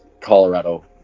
Colorado